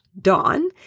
dawn